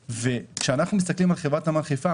כשאנחנו מסתכלים על חברת נמל חיפה,